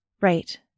Right